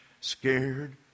scared